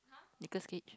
Nicholas-Cage